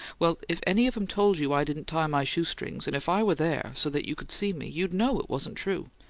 well, if any of em told you i didn't tie my shoe-strings, and if i were there, so that you could see me, you'd know it wasn't true.